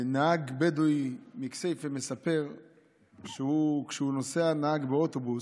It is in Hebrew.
נהג בדואי מכסייפה מספר שכשהוא נוסע כנהג באוטובוס,